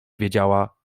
wiedziała